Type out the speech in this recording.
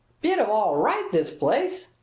bit of all right this place!